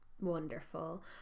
Wonderful